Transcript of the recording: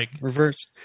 reverse